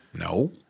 No